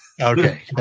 Okay